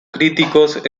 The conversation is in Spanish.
críticos